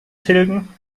tilgen